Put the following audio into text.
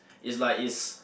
it's like is